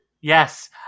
Yes